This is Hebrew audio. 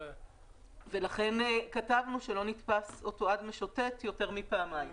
לכן כתבנו שהוא לא נתפס או תועד משוטט יותר מפעמיים,